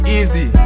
easy